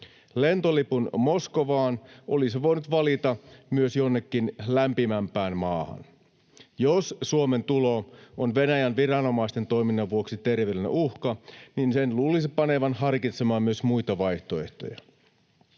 Lentolipun olisi voinut valita Moskovan sijaan myös jonnekin lämpimämpään maahan. Jos Suomeen tulo on Venäjän viranomaisten toiminnan vuoksi terveydellinen uhka, niin sen luulisi panevan harkitsemaan myös muita vaihtoehtoja.